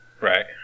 Right